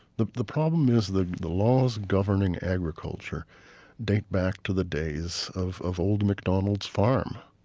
the the problem is the the laws governing agriculture date back to the days of of old macdonald's farm,